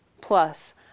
plus